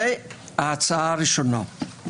זה ההצעה הראשונה.